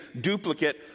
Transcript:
duplicate